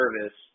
service